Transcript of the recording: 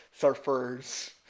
surfers